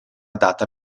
data